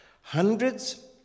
Hundreds